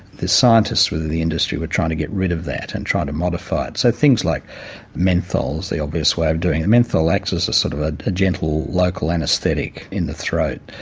the scientists within the industry were trying to get rid of that and trying to modify it. so things like menthol is the obvious way of doing it menthol acts as a sort of ah a gentle local anaesthetic in the throat,